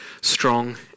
strong